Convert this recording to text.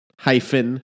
Hyphen